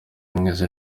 mwiza